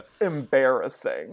embarrassing